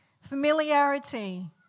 Familiarity